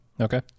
okay